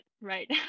right